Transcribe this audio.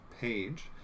page